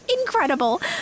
incredible